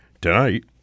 Tonight